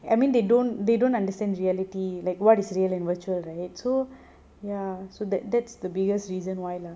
I mean they don't they don't understand reality like what is real and virtual right so that that's the biggest reason why lah